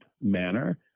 manner